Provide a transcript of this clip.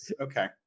okay